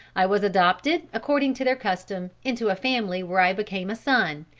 i was adopted according to their custom, into a family where i became a son,